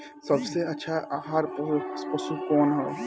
सबसे अच्छा आहार पूरक पशु कौन ह?